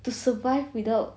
to survive without